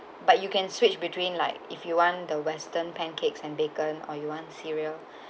but you can switch between like if you want the western pancakes and bacon or you want cereal